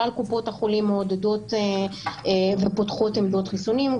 כלל קופות החולים מעודדות ופותחות עמדות חיסונים,